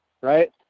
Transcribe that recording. right